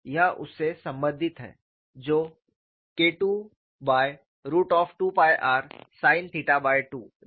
यह उस से संबंधित है जो KII2rsin2 दिया हुआ है